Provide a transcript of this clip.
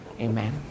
amen